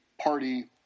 party